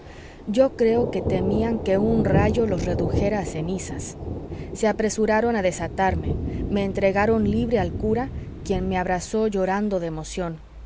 yo creo que temían que un rayo los redujera a cenizas se apresuraron a desatarme me entregaron libre al cura quien me abrazó llorando de emoción